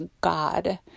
God